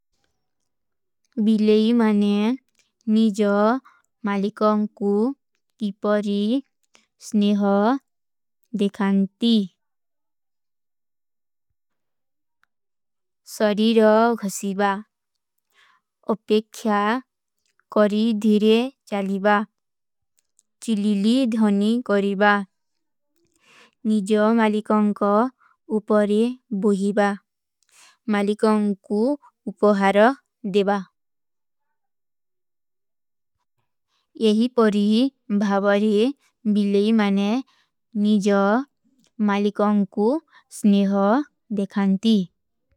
ବିଲେଈ ମନେ ନିଜା ମାଲିକାଂ କୂ ଇପରୀ ସ୍ନେହା ଦେଖାନ୍ତୀ, ସରୀରା ଘଶୀବା, ଅପେଖ୍ଯା କରୀ ଧୀରେ ଚାଲୀବା, ଚିଲୀଲୀ ଧୋନୀ କରୀବା, ନିଜା ମାଲିକାଂ କା ଉପରେ ବୋହୀବା, ମାଲିକାଂ କୂ ଉପହାରଃ ଦେବା। ଯହୀ ପଡୀ ଭାଵରୀ ବିଲେଈ ମନେ ନିଜା ମାଲିକାଂ କୂ ସ୍ନେହା ଦେଖାନ୍ତୀ।